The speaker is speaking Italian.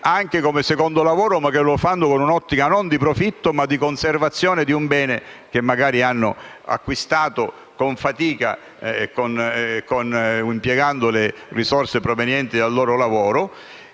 anche come secondo lavoro in un'ottica non di profitto ma di conservazione di un bene che magari hanno acquistato con fatica, impiegando le risorse provenienti dal loro lavoro.